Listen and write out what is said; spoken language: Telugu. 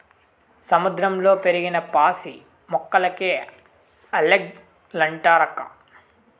సముద్రంలో పెరిగిన పాసి మొక్కలకే ఆల్గే లంటారక్కా